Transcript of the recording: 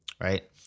right